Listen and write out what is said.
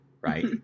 right